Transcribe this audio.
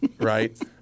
right